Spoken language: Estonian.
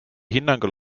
hinnangul